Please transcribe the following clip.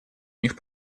них